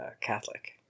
Catholic